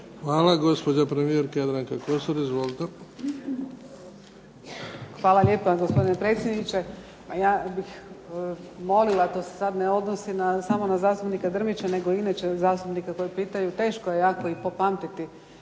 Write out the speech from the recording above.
Hvala. Gospođa premijerka Jadranka Kosor. Izvolite. **Kosor, Jadranka (HDZ)** Hvala lijepa. Gospodine predsjedniče. Ja bih molila, to se sad ne odnosi samo na zastupnika Drmića nego i inače na zastupnike koji pitaju. Teško je jako i popamtiti